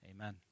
Amen